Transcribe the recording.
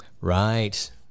Right